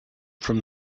from